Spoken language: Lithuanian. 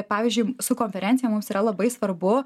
pavyzdžiui su konferencija mums yra labai svarbu